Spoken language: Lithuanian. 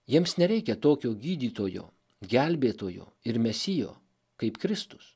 jiems nereikia tokio gydytojo gelbėtojo ir mesijo kaip kristus